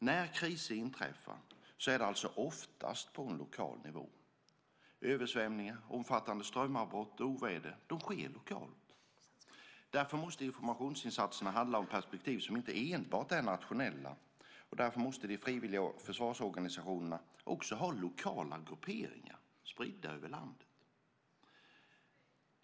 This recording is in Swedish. När kriser inträffar är det oftast på lokal nivå. Översvämningar, omfattande strömavbrott och oväder sker lokalt. Därför måste informationsinsatserna handla om perspektiv som inte enbart är nationella, och därför måste de frivilliga försvarsorganisationerna också ha lokala grupperingar spridda över landet.